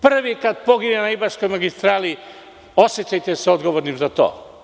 Prvi kada pogine na Ibarskoj magistrali, osećajte se odgovornim za to.